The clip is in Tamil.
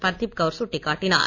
பர்தீப் கவுர் சுட்டிக் காட்டினார்